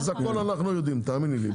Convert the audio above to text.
אז הכל אנחנו יודעים תאמיני לי.